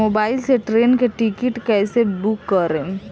Mobile से train के ticket कैसे बूक करेम?